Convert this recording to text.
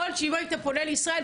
יכול להיות שאם היית פונה לישראל,